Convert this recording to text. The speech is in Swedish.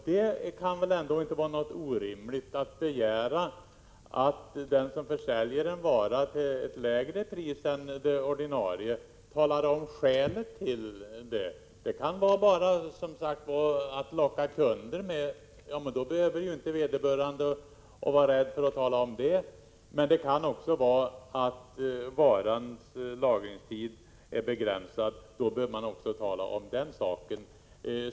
Det kan väl inte vara orimligt att begära att den som försäljer en vara till ett lägre pris än det ordinarie talar om skälet därtill. Det kan, som sagt, bara vara fråga om att locka kunder med det lägre priset, och då behöver ju inte vederbörande vara rädd för att tala om det. Men det kan också vara fråga om att varans lagringstid är begränsad. Då bör man också tala om den saken.